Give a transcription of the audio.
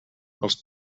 els